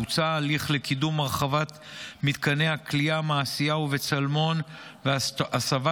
בוצעו הליך לקידום הרחבת מתקני הכליאה מעשיהו וצלמון והסבת